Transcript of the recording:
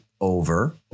over